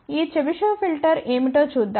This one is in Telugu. ఈ చెబిషెవ్ ఫిల్టర్ ఏమిటో చూద్దాం